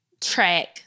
Track